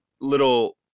little